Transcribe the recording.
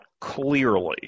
clearly